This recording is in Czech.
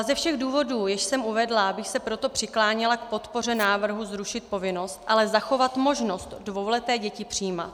Ze všech důvodů, jež jsem uvedla, bych se proto přikláněla k podpoře návrhu zrušit povinnost, ale zachovat možnost dvouleté děti přijímat.